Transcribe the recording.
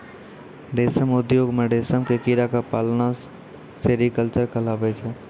रेशम उद्योग मॅ रेशम के कीड़ा क पालना सेरीकल्चर कहलाबै छै